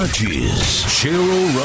Cheryl